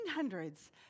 1800s